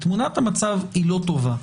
תמונת המצב לא טובה,